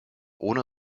ohne